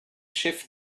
shift